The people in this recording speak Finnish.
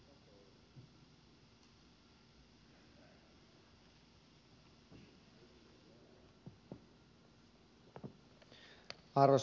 arvoisa puhemies